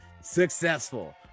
successful